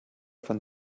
von